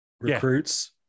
recruits